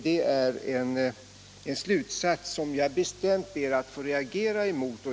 Det är en slutsats som jag bestämt reagerar mot.